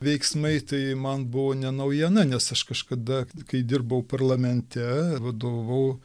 veiksmai tai man buvo ne naujiena nes aš kažkada kai dirbau parlamente vadovavau